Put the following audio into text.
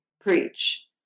preach